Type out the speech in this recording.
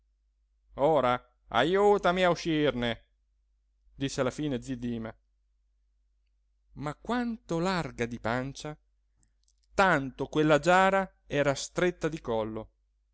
ajutami a uscirne disse alla fine zi dima ma quanto larga di pancia tanto quella giara era stretta di collo